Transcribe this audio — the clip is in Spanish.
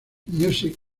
music